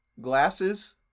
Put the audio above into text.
Glasses